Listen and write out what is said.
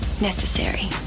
necessary